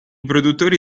produttori